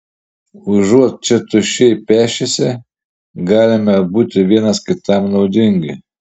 užuot čia tuščiai pešęsi galime būti vienas kitam naudingi